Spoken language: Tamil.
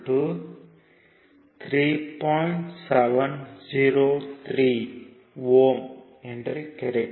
703 Ω என்று கிடைக்கும்